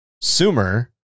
Sumer